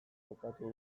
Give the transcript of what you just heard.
topatu